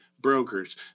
Brokers